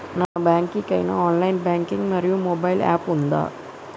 ఏ bank కి ఐనా online banking మరియు మొబైల్ యాప్ ఉందా?